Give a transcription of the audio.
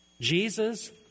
Jesus